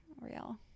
real